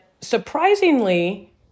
surprisingly